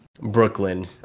Brooklyn